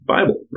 Bible